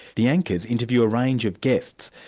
the anchors interview a range of guests,